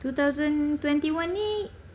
two thousand twenty one ni